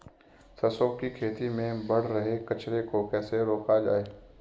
सरसों की खेती में बढ़ रहे कचरे को कैसे रोका जाए?